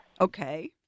Okay